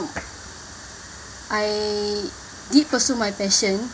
I did pursue my passion